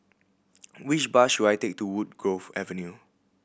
which bus should I take to Woodgrove Avenue